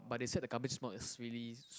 but they set the is really